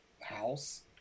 house